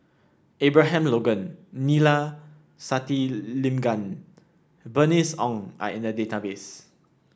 Abraham Logan Neila Sathyalingam Bernice Ong are in the database